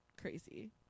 crazy